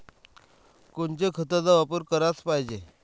कोनच्या खताचा वापर कराच पायजे?